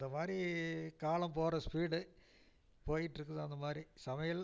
இந்த மாதிரி காலம் போகிற ஸ்பீடு போய்ட்ருக்குது அந்த மாதிரி சமையல்